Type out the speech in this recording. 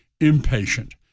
impatient